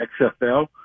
XFL